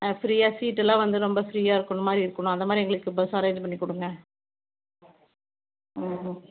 ஆ ஃப்ரீயாக சீட்டு எல்லாம் வந்து ரொம்ப ஃப்ரீயாக இருக்கணுமாதிரி இருக்கணும் அந்த மாதிரி எங்களுக்கு பஸ் அரேஞ்ச் பண்ணி கொடுங்க ம் ம்